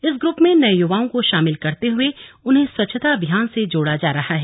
इस ग्रुप में नए युवाओं को शामिल करते हुए उन्हें स्वछता अभियान से जोड़ा जा रहा है